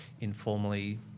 informally